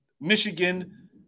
Michigan